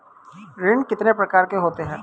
ऋण कितने प्रकार के होते हैं?